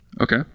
Okay